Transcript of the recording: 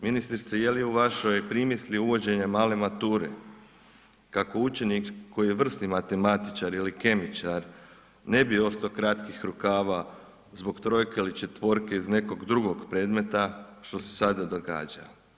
Ministrice, je li u vašoj primisli uvođenja male mature kako učenik koji je vrsni matematičar ili kemičar, ne bi ostao kratkih rukava zbog trojke ili četvorke iz nekog drugog predmeta što se sada događa?